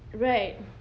right